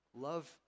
Love